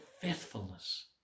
faithfulness